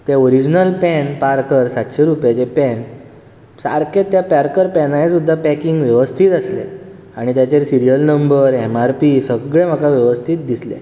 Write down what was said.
तें original pen Parker सातशे रुपयाचें पॅन सारके ते पारकर पॅनाचें पॅकींग सुद्दां वेवस्थी आसलें आनी ताजेर serial number M R P सगळें म्हाका वेवस्थी दिसलें